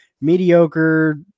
mediocre